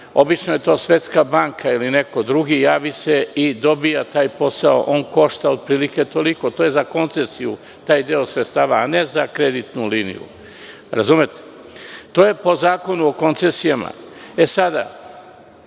obično je to Svetska banka ili neko drugi, javi se na međunarodnom tenderu i dobija taj posao. On košta otprilike toliko. To je za koncesiju, taj deo sredstava, a ne za kreditnu liniju. Razumete? To je po Zakonu o koncesijama. Šta